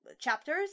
chapters